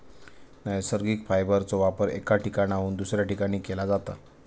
नैसर्गिक फायबरचो वापर एका ठिकाणाहून दुसऱ्या ठिकाणी केला जाता